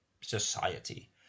society